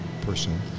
person